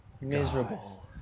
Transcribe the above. miserable